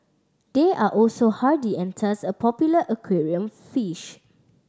they are also hardy and thus a popular aquarium fish